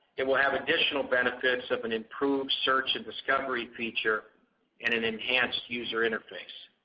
it will have additional benefits of an improved search and discovery feature and an enhanced user interface.